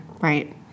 Right